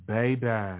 Baby